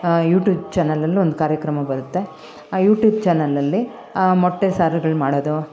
YouTube ಚಾನಲಲ್ಲೂ ಒಂದು ಕಾರ್ಯಕ್ರಮ ಬರತ್ತೆ ಆ ಯೂಟ್ಯೂಬ್ ಚ್ಯಾನೆಲಲ್ಲಿ ಮೊಟ್ಟೆ ಸಾರುಗಳು ಮಾಡೋದು